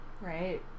Right